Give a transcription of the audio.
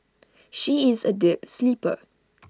she is A deep sleeper